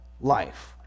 life